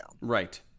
Right